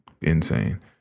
insane